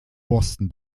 borsten